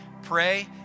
pray